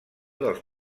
dels